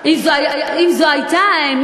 אילו הייתי חושב שמציע ההצעה,